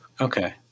Okay